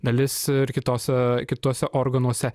dalis ir kitose kituose organuose